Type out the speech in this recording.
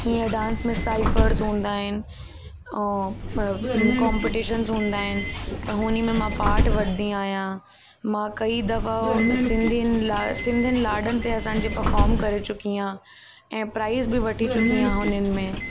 जीअं डांस में साइफ़र्स हूंदा आहिनि और कॉम्पटीशन्स हूंदा आहिनि त हुन में मां पार्ट वठंदी आहियां मां कई दफ़ा सिंधियुनि लाइ सिंधियुनि लाॾनि ते असांजी परफ़ॉम करे चुकी आहियां ऐं प्राइज़ बि वठी चुकी आहियां हुननि में